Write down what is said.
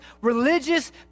religious